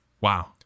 Wow